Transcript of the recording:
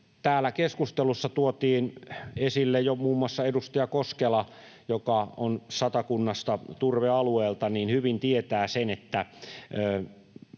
Täällä keskustelussa tuotiin esille jo, muun muassa edustaja Koskela, joka on Satakunnasta turvealueelta, hyvin tietää sen, että